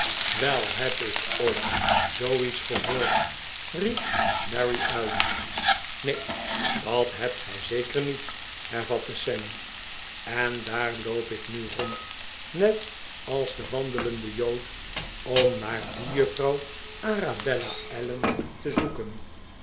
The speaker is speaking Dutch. wel heb ik ooit zoo iets gehoord riep mary uit neen dat h'ebt gij zeker niet hervatte sam en daar loop ik nu rond net als de wandelende jood om naar die juffrouw arabella allen te zoeken